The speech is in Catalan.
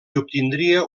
obtindria